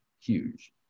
huge